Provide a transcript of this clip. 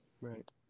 Right